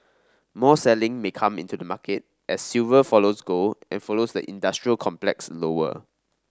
more selling may come into the market as silver follows gold and follows the industrial complex lower